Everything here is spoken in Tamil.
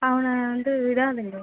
அவனை வந்து விடாதீங்க